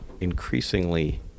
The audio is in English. increasingly